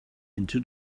into